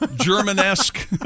German-esque